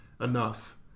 enough